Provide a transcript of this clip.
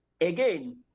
Again